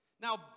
Now